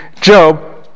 Job